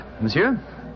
Monsieur